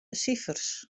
sifers